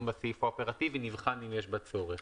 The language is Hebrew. בסעיף האופרטיבי נבחן אם יש בה צורך.